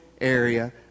area